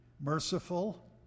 merciful